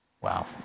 Wow